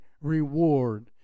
reward